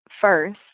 first